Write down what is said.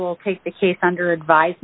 will take the case under advi